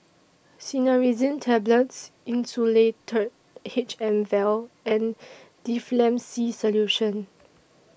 Cinnarizine Tablets Insulatard H M Vial and Difflam C Solution